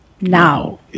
Now